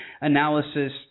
analysis